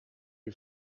who